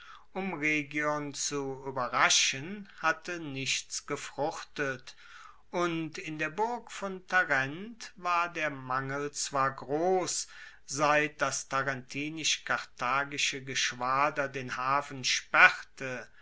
um rhegion zu ueberraschen hatte nichts gefruchtet und in der burg von tarent war der mangel zwar gross seit das tarentinisch karthagische geschwader den hafen sperrte